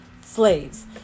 slaves